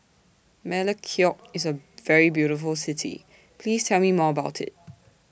Melekeok IS A very beautiful City Please Tell Me More about IT